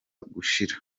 gushira